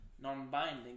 non-binding